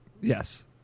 Yes